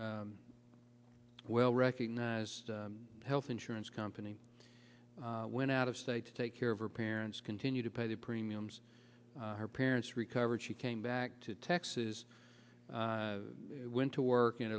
a well recognized health insurance company went out of state to take care of her parents continue to pay the premiums her parents recovered she came back to texas went to work in